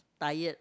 tired